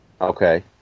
okay